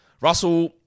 Russell